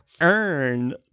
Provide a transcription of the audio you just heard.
earn